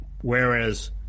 Whereas